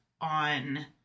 on